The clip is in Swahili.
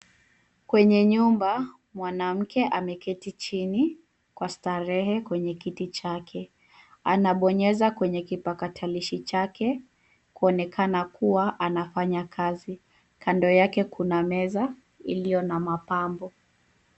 Kwenye nyumba mwanamke ameketi chini kwa starehe kwenye kiti chake. Anabonyeza kwenye chake kibatakalishi chake kuonekana kuwa anafanya kazi. Kando yake kuna meza iliyo na mapambo.